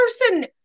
person